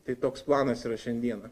tai toks planas yra šiandieną